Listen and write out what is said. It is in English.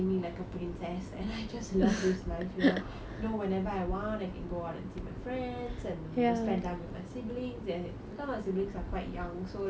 princess and I just love this life here know whenever I want I can go out and see my friends and to spend time with my siblings and because my siblings are quite young so like